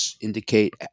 indicate